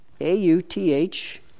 A-U-T-H